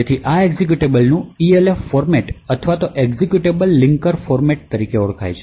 તેથી આ એક્ઝેક્યુટેબલનું ELF ફોર્મેટ અથવા એક્ઝેક્યુટેબલ લિંકર ફોર્મેટ તરીકે ઓળખાય છે